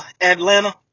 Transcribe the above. Atlanta